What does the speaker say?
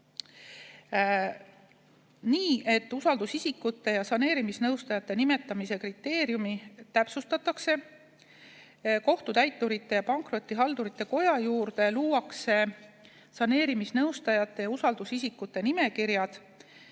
nii, et usaldusisikute ja saneerimisnõustajate nimetamise kriteeriumi täpsustatakse. Kohtutäiturite ja Pankrotihaldurite Koja juurde luuakse saneerimisnõustajate ja usaldusisikute nimekirjad,